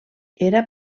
era